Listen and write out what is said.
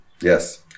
Yes